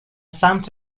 سمت